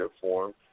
form